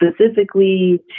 specifically